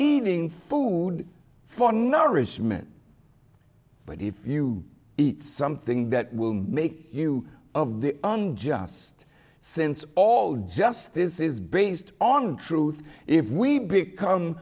eating food for nourishment but if you eat something that will make you of the unjust since all justice is based on truth if we become